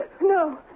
No